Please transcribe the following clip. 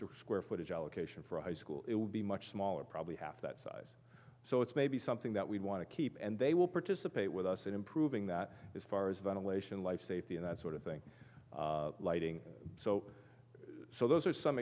the square footage allocation for high school it would be much smaller probably half that size so it's maybe something that we want to keep and they will participate with us in improving that as far as ventilation life safety and that sort of thing lighting so so those are some